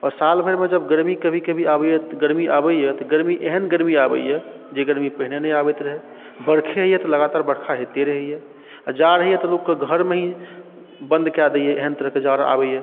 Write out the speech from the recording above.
आओर सालभरमे जब गरमी कभी कभी आबैया गरमी आबैया तऽ गरमी एहन गरमी आबैया जे गरमी पहिने नहि आबैत रहै वर्षे यऽ तऽ लगातार वर्षा होइतै रहैया जाड़ होइया तऽ लोकके घरमे ही बंद कै दैया एहन तरहके जाड़ आबैया